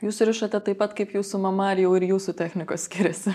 jūs surišate taip pat kaip jūsų mama ar jau ir jūsų technikos skiriasi